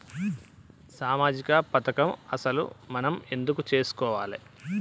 సామాజిక పథకం అసలు మనం ఎందుకు చేస్కోవాలే?